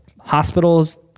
hospitals